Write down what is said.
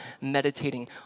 meditating